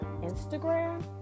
Instagram